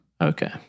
Okay